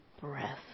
breath